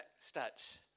stats